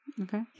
okay